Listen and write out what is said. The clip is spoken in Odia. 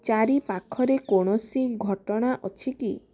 ଚାରିପାଖରେ କୌଣସି ଘଟଣା ଅଛି କି